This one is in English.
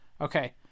Okay